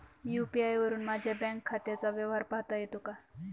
UPI वरुन माझ्या bank खात्याचा व्यवहार पाहता येतो का?